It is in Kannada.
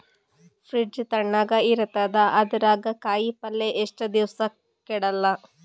ಫ್ರಿಡ್ಜ್ ತಣಗ ಇರತದ, ಅದರಾಗ ಕಾಯಿಪಲ್ಯ ಎಷ್ಟ ದಿವ್ಸ ಕೆಡಲ್ಲ?